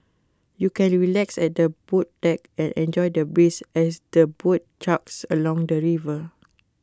you can relax at the boat deck and enjoy the breeze as the boat chugs along the river